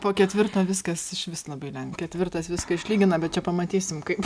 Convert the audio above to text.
po ketvirto viskas išvis labai lengva ketvirtas viską išlygina bet čia pamatysim kaip